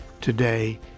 today